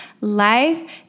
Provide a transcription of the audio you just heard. Life